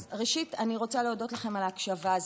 אז ראשית אני רוצה להודות לכם על ההקשבה.